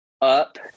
up –